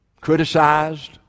criticized